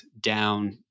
down